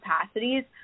capacities